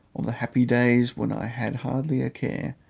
of the happy days when i had hardly a care,